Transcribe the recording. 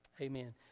amen